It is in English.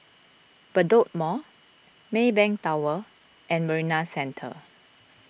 Bedok Mall Maybank Tower and Marina Centre